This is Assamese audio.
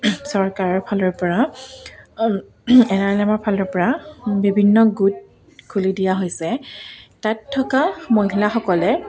চৰকাৰৰফালৰপৰা এন আৰ এল এমৰফালৰপৰা বিভিন্ন গোট খুলি দিয়া হৈছে তাত থকা মহিলাসকলে